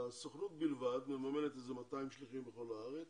הסוכנות בלבד מממנת 200 שליחים בכל העולם